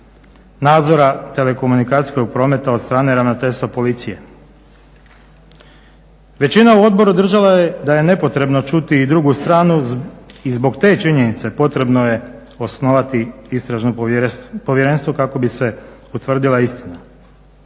nadzora telekomunikacijskog prometa od strane Ravnateljstva Policije. Većina u odboru držala je da je nepotrebno čuti i drugu stranu i zbog te činjenice potrebno je osnovati istražno povjerenstvo kako bi se utvrdila istina.